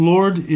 Lord